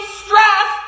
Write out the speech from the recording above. stress